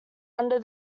under